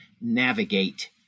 navigate